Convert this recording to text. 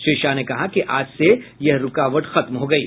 श्री शाह ने कहा कि आज से यह रूकावट खत्म हो गयी